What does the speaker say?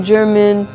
German